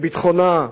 לביטחונה,